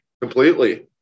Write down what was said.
Completely